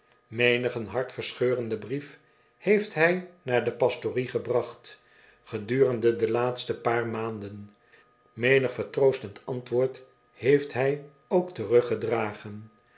menigen bartverscheurenden brief heeft hij naar de pastorie gebracht gedurende de laatste paar maanden menig vertroostend antwoord heeft hij ook teruggedragen